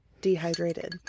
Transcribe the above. dehydrated